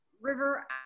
River